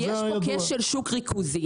כי יש פה כשל שוק ריכוזי.